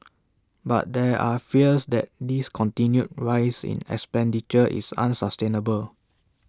but there are fears that this continued rise in expenditure is unsustainable